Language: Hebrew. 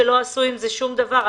שלא עשו עם זה שום דבר.